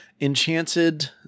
enchanted